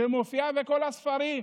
שמופיע בכל הספרים,